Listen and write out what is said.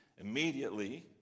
immediately